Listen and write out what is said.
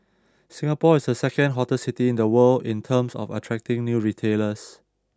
Singapore is the second hottest city in the world in terms of attracting new retailers